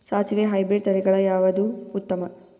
ಸಾಸಿವಿ ಹೈಬ್ರಿಡ್ ತಳಿಗಳ ಯಾವದು ಉತ್ತಮ?